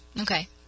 Okay